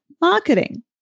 marketing